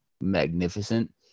magnificent